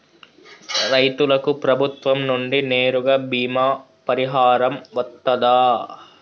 రైతులకు ప్రభుత్వం నుండి నేరుగా బీమా పరిహారం వత్తదా?